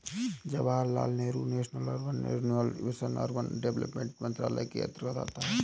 Jawaharlal Nehru national urban renewal mission urban development मंत्रालय के अंतर्गत आता है